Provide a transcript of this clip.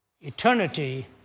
Eternity